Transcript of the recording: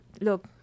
look